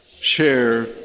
share